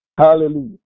Hallelujah